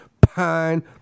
Pine